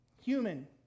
Human